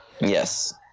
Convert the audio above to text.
Yes